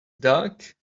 duck